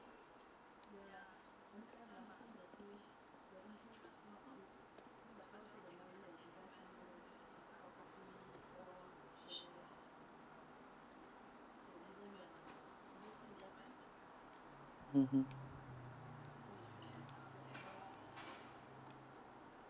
(uh huh)